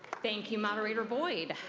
thank you, moderator boyd.